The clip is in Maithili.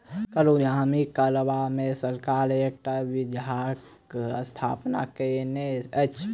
कर उगाही करबा मे सरकार एकटा विभागक स्थापना कएने अछि